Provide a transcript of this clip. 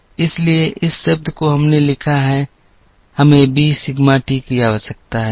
इसलिए इस शब्द को हमने लिखा है हमें b sigma t की आवश्यकता है